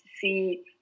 see